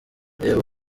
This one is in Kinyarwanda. reba